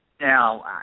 now